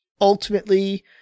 ultimately